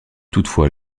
toutefois